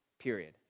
period